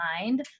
mind